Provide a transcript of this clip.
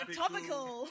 topical